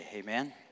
amen